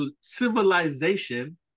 civilization